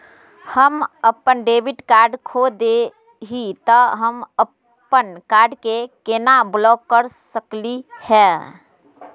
हम अपन debit card खो दे ही, त हम अप्पन कार्ड के केना ब्लॉक कर सकली हे?